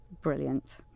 brilliant